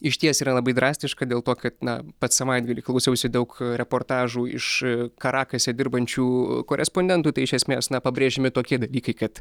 išties yra labai drastiška dėl to kad na pats savaitgalį klausiausi daug reportažų iš karakase dirbančių korespondentų tai iš esmės na pabrėžiami tokie dalykai kad